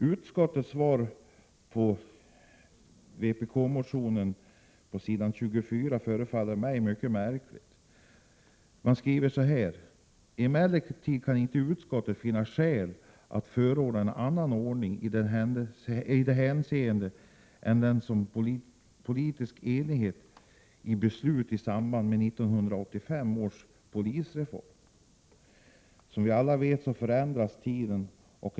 Utskottets svar på vpk-motionen, vilket återfinns på s. 24 i betänkandet, förefaller mig mycket märkligt. Utskottet anför följande: ”Emellertid kan utskottet inte finna skäl att förorda en annan ordning i detta hänseende än den som i politisk enighet beslutats i samband med 1985 års polisreform.” Som vi alla vet, så förändras ju förhållandena med tiden.